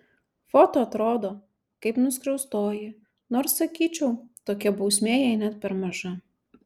foto atrodo kaip nuskriaustoji nors sakyčiau tokia bausmė jai net per maža